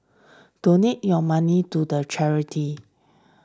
donate your money to the charity